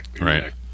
Right